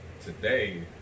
today